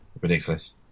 Ridiculous